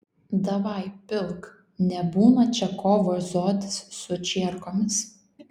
davai pilk nebūna čia ko vazotis su čierkomis